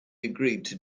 agreed